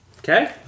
Okay